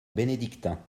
bénédictin